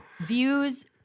views